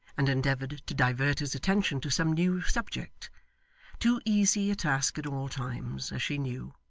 and endeavoured to divert his attention to some new subject too easy a task at all times, as she knew.